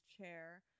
chair